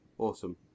Awesome